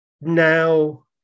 Now